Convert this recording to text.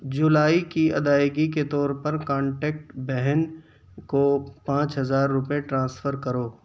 جولائی کی ادائیگی کے طور پر کانٹیکٹ بہن کو پانچ ہزار روپئے ٹرانسفر کرو